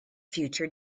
future